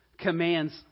commands